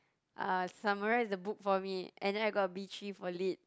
uh summarise the book for me and then I got a B three for lit